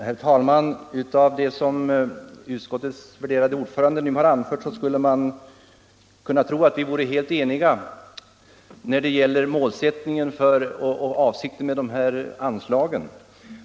Herr talman! Av det som utskottets värderade ordförande nu anfört skulle man kunna tro att vi vore helt eniga när det gäller målsättningen och avsikten med anslagen.